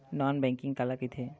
Non banking काला कइथे?